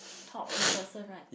talk in person right